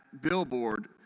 billboard